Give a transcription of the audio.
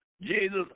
Jesus